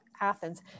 Athens